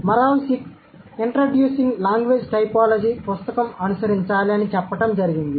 Moravcsik introducing language typology పుస్తకం అనుసరించాలి అని చెప్పటం జరిగింది